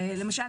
למשל,